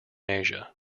asia